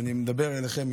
ואני מדבר אליכן,